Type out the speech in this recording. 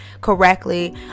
correctly